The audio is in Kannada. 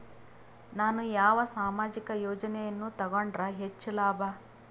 ನಾನು ಯಾವ ಸಾಮಾಜಿಕ ಯೋಜನೆಯನ್ನು ತಗೊಂಡರ ಹೆಚ್ಚು ಲಾಭ?